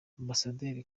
ambasaderi